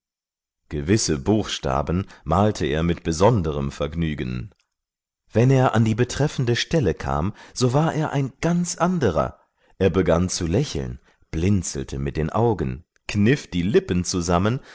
gewisse buchstaben malte er mit besonderem vergnügen wenn er an die betreffende stelle kam so war er ein ganz anderer er begann zu lächeln blinzelte mit den augen kniff die lippen zusammen